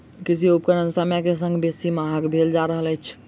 कृषि उपकरण समय के संग बेसी महग भेल जा रहल अछि